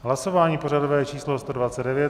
Hlasování pořadové číslo 129.